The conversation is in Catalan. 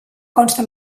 consta